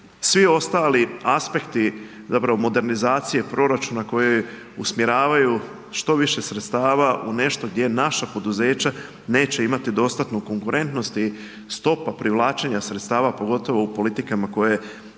svi ostali aspekti modernizacije proračuna koje usmjeravaju što više sredstava u nešto gdje naša poduzeća neće imati dostanu konkurentnost i stopa privlačenja sredstava, pogotovo u politikama